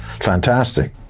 fantastic